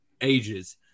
ages